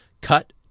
Cut